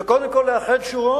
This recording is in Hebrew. זה הזמן קודם כול לאחד שורות